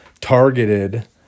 targeted